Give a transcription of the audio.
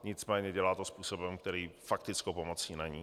Nicméně dělá to způsobem, který faktickou pomocí není.